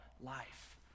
life